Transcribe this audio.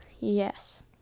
Yes